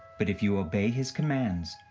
but if you obey his commands,